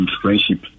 friendship